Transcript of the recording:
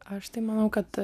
aš tai manau kad